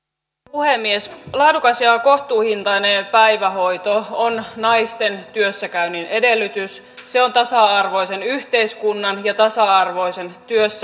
puhemies laadukas ja kohtuuhintainen päivähoito on naisten työssäkäynnin edellytys se on tasa arvoisen yhteiskunnan ja tasa arvoisen